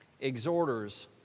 exhorters